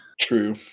True